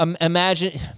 imagine